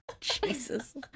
jesus